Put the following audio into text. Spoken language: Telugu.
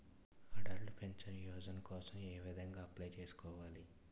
అటల్ పెన్షన్ యోజన కోసం ఏ విధంగా అప్లయ్ చేసుకోవాలి?